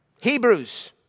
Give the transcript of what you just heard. Hebrews